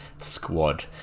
squad